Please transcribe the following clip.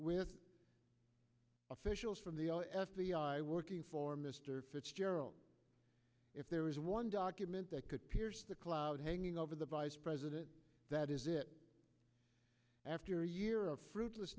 with officials from the f b i working for mr fitzgerald if there is one document that could pierce the cloud hanging over the vice president that is it after a year of fruitless